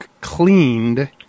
cleaned